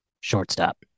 shortstop